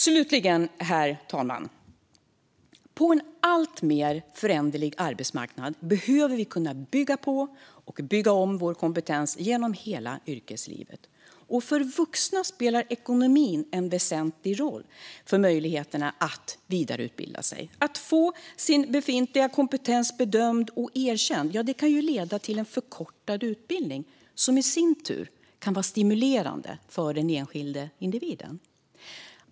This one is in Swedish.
Slutligen, herr talman, behöver vi på en alltmer föränderlig arbetsmarknad kunna bygga på och bygga om vår kompetens genom hela yrkeslivet. För vuxna spelar ekonomin en väsentlig roll för möjligheterna att vidareutbilda sig. Att få sin befintliga kompetens bedömd och erkänd kan leda till en förkortad utbildning, vilket i sin tur kan vara stimulerande för den enskilde individen.